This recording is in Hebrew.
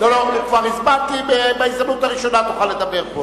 בהזדמנות הראשונה תוכל לדבר.